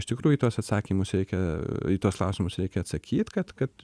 iš tikrųjų tuos atsakymus reikia į tuos klausimus reikia atsakyt kad kad